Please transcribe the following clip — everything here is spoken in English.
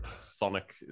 Sonic